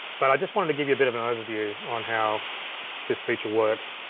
but i just wanted to give you a bit of an overview on how this feature works.